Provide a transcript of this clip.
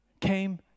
came